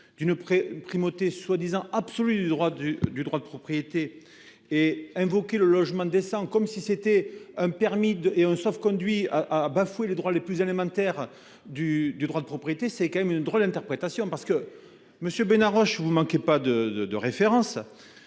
d'une primauté soi-disant absolue du droit du, du droit de propriété et invoqué le logement décent comme si c'était un permis de et un sauf conduit à bafouer les droits les plus élémentaires du, du droit de propriété, c'est quand même une drôle d'interprétation parce que monsieur. Vous manquez pas de de de référence.